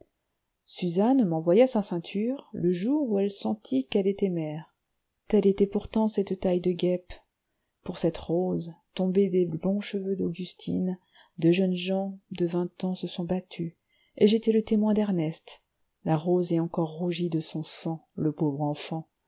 suzanne m'envoya sa ceinture le jour où elle sentit qu'elle était mère telle était pourtant cette taille de guêpe pour cette rose tombée des blonds cheveux d'augustine deux jeunes gens de vingt ans se sont battus et j'étais le témoin d'ernest la rose est encore rougie de son sang le pauvre enfant